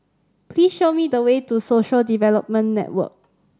please show me the way to Social Development Network